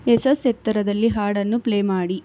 Asus ಎತ್ತರದಲ್ಲಿ ಹಾಡನ್ನು play ಮಾಡಿ